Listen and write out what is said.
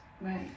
Right